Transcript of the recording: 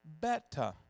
better